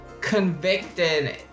convicted